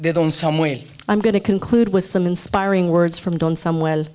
they don't somewhere i'm going to conclude with some inspiring words from don somewhere